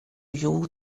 you